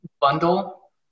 bundle